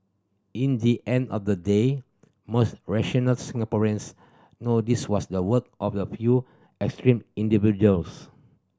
in the end of the day most rational Singaporeans know this was the work of a few extreme individuals